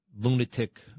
lunatic